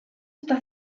está